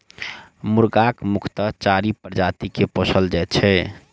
मुर्गाक मुख्यतः चारि प्रजाति के पोसल जाइत छै